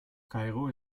kairo